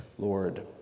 Lord